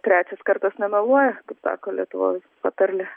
trečias kartas nemeluoja sako lietuvos patarlė